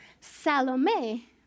Salome